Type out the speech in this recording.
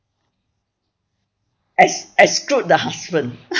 ex~ exclude the husband